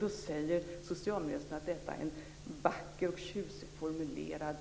Då säger socialministern att detta är en vackert och tjusigt formulerad